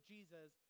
Jesus